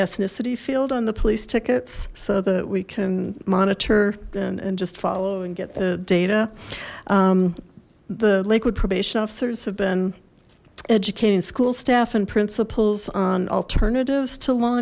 ethnicity field on the police tickets so that we can monitor and just follow and get the data the lakewood probation officers have been educating school staff and principals on alternatives to law